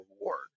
reward